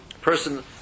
Person